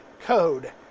code